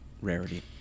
rarity